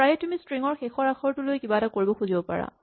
প্ৰায়ে তুমি ষ্ট্ৰিং ৰ শেষৰ আখৰটো লৈ কিবা এটা কৰিব খুজিব পাৰা